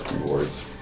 rewards